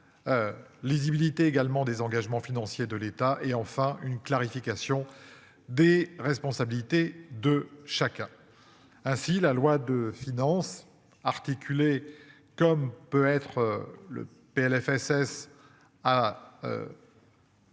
également désengagement financier de l'État et enfin une clarification des responsabilités de chacun. Ainsi la loi de finances articulé comme peut être le PLFSS. Le texte